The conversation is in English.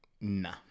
Nah